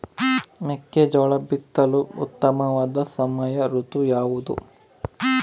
ಮೆಕ್ಕೆಜೋಳ ಬಿತ್ತಲು ಉತ್ತಮವಾದ ಸಮಯ ಋತು ಯಾವುದು?